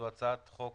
זו הצעת חוק